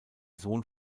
sohn